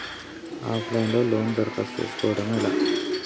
Of line లో loan దరఖాస్తు చేసుకోవడం ఎలా?